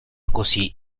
così